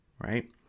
right